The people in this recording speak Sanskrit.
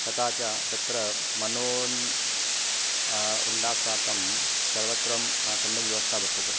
तथा च तत्र मनः उल्लासार्थं सर्वत्र सम्यक् व्यवस्था वर्तते